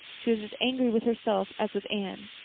she was as angry with herself as with anne,